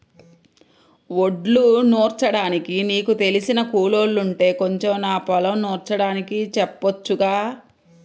వడ్లు నూర్చడానికి నీకు తెలిసిన కూలోల్లుంటే కొంచెం నా పొలం నూర్చడానికి చెప్పొచ్చుగా